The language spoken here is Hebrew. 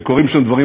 רק התנועה